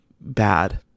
bad